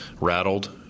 rattled